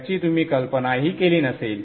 ज्याची तुम्ही कल्पनाही केली नसेल